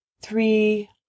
three